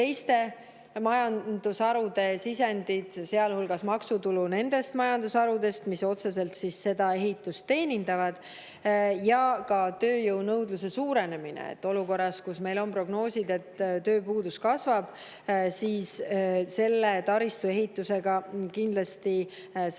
teiste majandusharude sisendid, sealhulgas maksutulu nendest majandusharudest, mis otseselt seda ehitust teenindavad, ja ka tööjõunõudluse suurenemine. Meil on prognoosid, et tööpuudus kasvab, aga selle ehituse tõttu selles